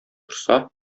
торса